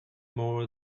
more